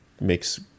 makes